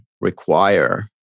require